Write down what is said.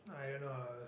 I don't know